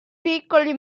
piccoli